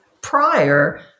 prior